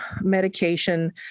medication